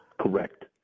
Correct